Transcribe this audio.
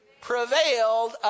prevailed